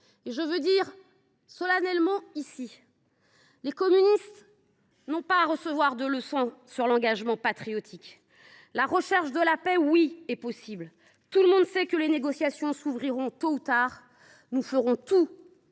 Je le dis solennellement, les communistes n’ont pas de leçons à recevoir sur l’engagement patriotique. La recherche de la paix est possible, et tout le monde sait que les négociations s’ouvriront tôt ou tard. Nous ferons tout